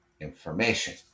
information